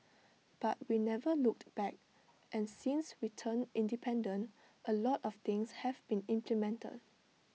but we never looked back and since we turned independent A lot of things have been implemented